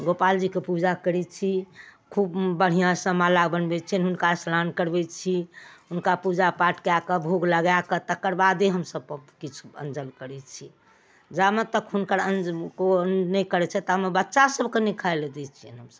गोपालजीके पूजा करै छी खूब बढ़िआँ सँ माला बनबै छियनि हुनका स्नान करबै छी हुनका पूजा पाठ कए कऽ भोग लगाकऽ तकर बादे हमसभ पऽबै किछु अन्नजल करै छी जाबे तक हुनकर अन नहि करै छथि तामे बच्चा सभके नहि खाइ लऽ दै छियनि हमसभ